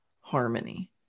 harmony